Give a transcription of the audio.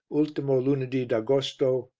ultimo lunedi d'agosto,